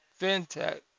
fintech